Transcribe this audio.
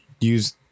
use